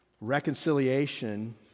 Reconciliation